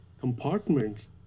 compartments